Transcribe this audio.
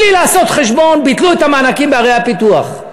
בלי לעשות חשבון, ביטלו את המענקים בערי הפיתוח,